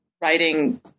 writing